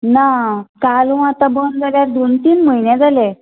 ना कालवां आतां बंद जाल्यार दोन तीन म्हयने जाले